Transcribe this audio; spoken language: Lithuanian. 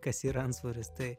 kas yra antsvoris tai